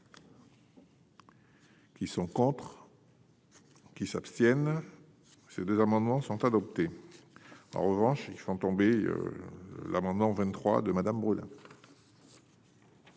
Qui sont contre. Qui s'abstiennent ces des amendements sont adoptés, en revanche, ils sont tombés l'amendement 23 de madame brûle.